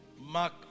Mark